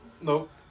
nope